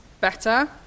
better